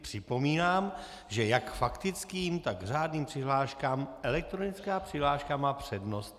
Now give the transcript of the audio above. Připomínám, že jak k faktickým, tak řádným přihláškám elektronická přihláška má přednost.